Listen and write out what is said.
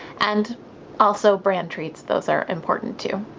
and also bran-treats, those are important too.